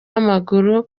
w’amaguru